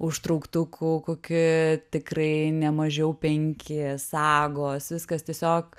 užtrauktukų kokį tikrai ne mažiau penki sagos viskas tiesiog